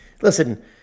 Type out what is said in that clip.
Listen